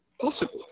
Possible